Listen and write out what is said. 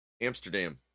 Amsterdam